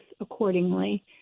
accordingly